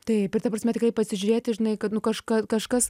taip ir ta prasme tikrai pasižiūrėti žinai kad nu kažką kažkas